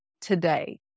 today